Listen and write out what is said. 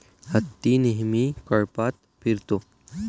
हत्ती नेहमी कळपात फिरतो